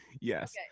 Yes